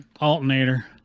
Alternator